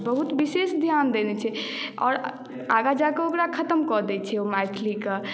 बहुत विशेष ध्यान देने छै आओर आगाँ जाकऽ ओकरा खत्म कऽ दै छै ओ मैथिलीके